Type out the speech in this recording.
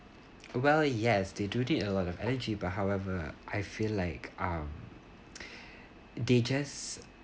well yes they do need a lot of energy but however I feel like um they just